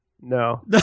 No